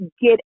get